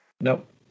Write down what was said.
Nope